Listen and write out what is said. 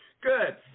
Good